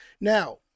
Now